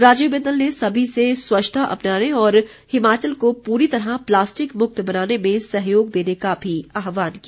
राजीव बिंदल ने सभी से स्वच्छता अपनाने और हिमाचल को पूरी तरह प्लास्टिक मुक्त बनाने में सहयोग देने का भी आह्वान किया